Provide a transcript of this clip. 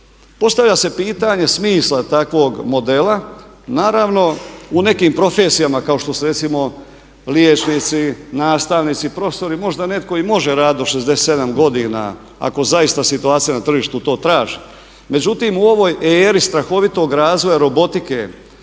postavlja se pitanje smisla takvog modela. Naravno u nekim profesijama kao što ste recimo liječnici, nastavnici, profesori možda netko i može raditi do 67 godina ako zaista situacija na tržištu to traži. Međutim, u ovoj eri strahovitog razvoja robotike,